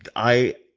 i